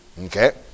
Okay